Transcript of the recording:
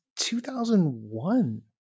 2001